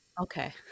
Okay